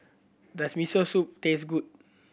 does Miso Soup taste good